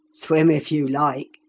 swim, if you like,